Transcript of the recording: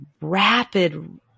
rapid